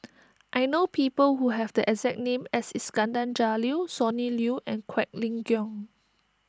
I know people who have the exact name as Iskandar Jalil Sonny Liew and Quek Ling Kiong